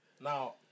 Now